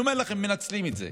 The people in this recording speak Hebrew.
אני אומר לכם, מנצלים את זה,